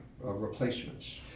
replacements